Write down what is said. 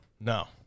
No